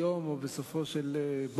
והיא עמדה בשעות של מבחן,